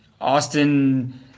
Austin